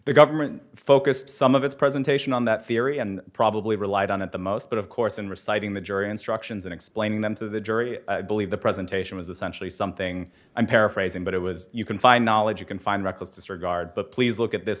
the government focused some of its presentation on that theory and probably relied on it the most but of course in reciting the jury instructions and explaining them to the jury believe the presentation was essentially something i'm paraphrasing but it was you can find knowledge you can find reckless disregard but please look at this